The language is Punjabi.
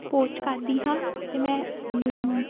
ਪੋਸਟ ਕਰਦੀ ਹਾਂ ਅਤੇ ਮੈਂ ਮੁਮ